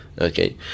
Okay